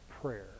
prayer